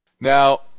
Now